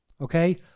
Okay